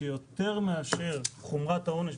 שיותר מאשר חומרת העונש,